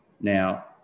now